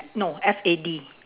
no F A D